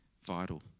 vital